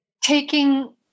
taking